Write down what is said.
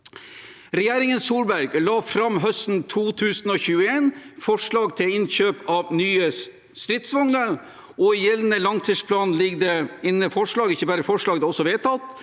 Regjeringen Solberg la høsten 2021 fram forslag til innkjøp av nye stridsvogner, og i gjeldende langtidsplan ligger det inne forslag – ikke bare forslag, det er også vedtatt